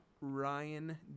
Ryan